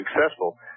successful